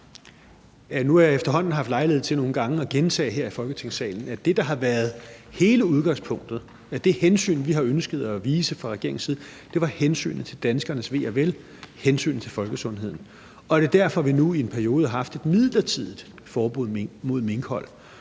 Nu har jeg efterhånden haft lejlighed til nogle gange at gentage her i Folketingssalen, at det, der har været hele udgangspunktet, det hensyn, vi har ønsket at vise fra regeringens side, var hensynet til danskernes ve og vel, hensynet til folkesundheden. Og det er derfor, at vi nu i en periode har haft et midlertidigt forbud mod minkhold.